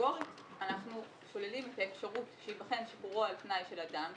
שקטגורית אנחנו שוללים את האפשרות שייבחן שחרורו על-תנאי של אדם,